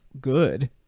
good